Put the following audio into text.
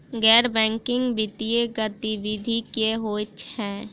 गैर बैंकिंग वित्तीय गतिविधि की होइ है?